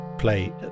Play